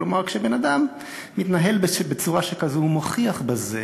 כלומר, כשבן-אדם מתנהל בצורה שכזו, הוא מוכיח בזה